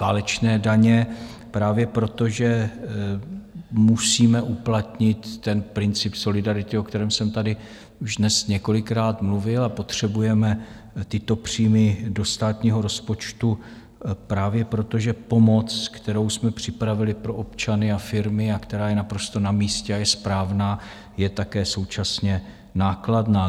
válečné daně právě proto, že musíme uplatnit princip solidarity, o kterém jsem tady už dnes několikrát mluvil, a potřebujeme tyto příjmy do státního rozpočtu právě proto, že pomoc, kterou jsme připravili pro občany a firmy a která je naprosto namístě a je správná, je také současně nákladná.